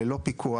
ללא פיקוח.